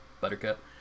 buttercup